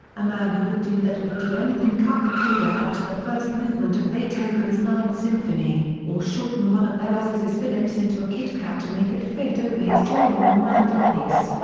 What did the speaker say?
a man who would do that would do anything cut the coda out of the first movement of beethoven's ninth symphony, or shorten one of velazquez's philips into a kitcat to make it fit over his drawing room mantelpiece.